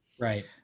Right